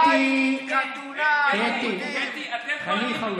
בית, חתונה, לימודים, קטי, קטי, חלאס.